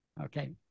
Okay